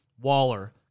Waller